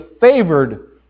favored